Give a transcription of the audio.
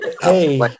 hey